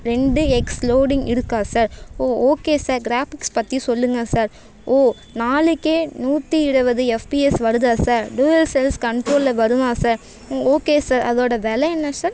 ரெண்டு X loading இருக்கா sir oh okay sir graphics பற்றி சொல்லுங்கள் சார் ஓ நாளைக்கே நூற்று இருபது எஃப்பிஎஸ் வருதா சார் டூயல் செல்ஸ் கண்ட்ரோல்ல வருமா சார் ம் ஓகே சார் அதோடய வில என்ன சார்